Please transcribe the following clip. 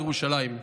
בירושלים,